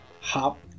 hop